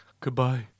Goodbye